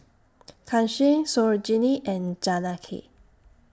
Kanshi Sarojini and Janaki